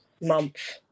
month